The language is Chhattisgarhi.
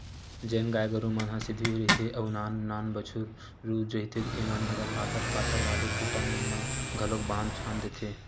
जेन गाय गरु मन ह सिधवी रहिथे अउ नान नान बछरु रहिथे ऐमन ल पातर पातर वाले खूटा मन म घलोक बांध छांद देथे